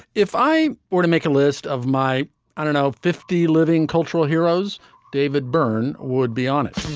if i were to make a list of my i don't know fifty living cultural heroes david byrne would be on it